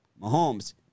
Mahomes